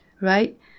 right